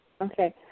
Okay